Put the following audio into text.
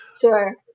Sure